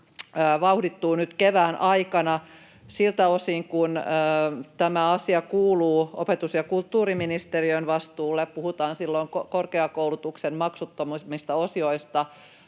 vauhdittuu nyt kevään aikana. Siltä osin kuin tämä asia kuuluu opetus- ja kulttuuriministeriön vastuulle — puhutaan silloin korkeakoulutuksen maksuttomista osioista